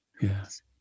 Yes